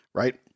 right